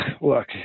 Look